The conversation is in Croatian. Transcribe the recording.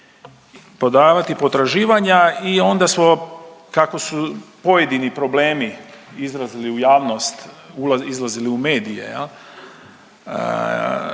prodavati potraživanja i onda smo kako su pojedini problemi izlazili u javnost, izlazili u medije